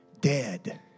dead